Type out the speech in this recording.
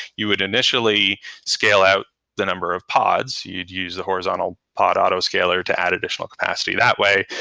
you would initially scale out the number of pods. you'd use the horizontal pod auto scaler to add additional capacity that way,